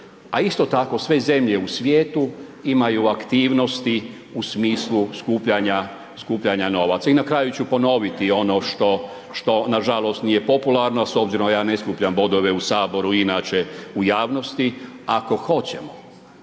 A isto tako sve zemlje u svijetu imaju aktivnosti u smislu skupljanja novaca. I na kraju ću ponoviti ono što nažalost nije popularno, a s obzirom ja ne skupljam bodove u Saboru inače u javnosti, ako hoćemo